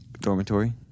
dormitory